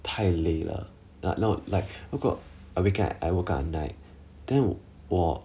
太累了 not like 如果 I weekend I woke up at nine then 我